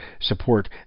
support